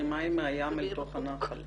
הזרימה היא מהים אל תוך הנחל.